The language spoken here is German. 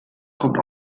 kommt